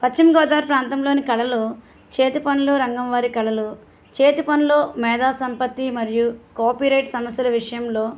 పశ్చిమగోదావరి ప్రాంతంలోని కళలు చేతిపనులు రంగం వారి కళలు చేతపనులో మేధా సంపత్తి మరియు కాపిరేట్ సమస్యల విషయంలో